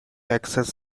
access